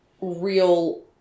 real